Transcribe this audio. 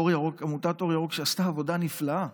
שעשתה עבודה נפלאה,